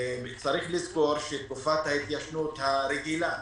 יש לזכור שתקופת ההתיישנות הרגילה